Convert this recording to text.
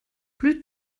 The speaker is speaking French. plus